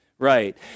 Right